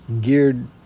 geared